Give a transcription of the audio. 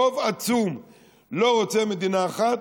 רוב עצום לא רוצה מדינה אחת.